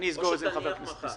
או שתניח מחר.